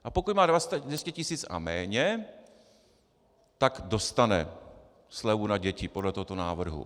A pokud má 200 tisíc a méně, tak dostane slevu na děti podle tohoto návrhu.